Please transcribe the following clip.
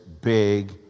big